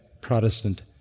Protestant